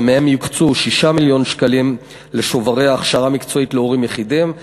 ומהם יוקצו 6 מיליון שקלים לשוברי הכשרה מקצועית להורים יחידים.